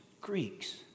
Greeks